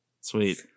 Sweet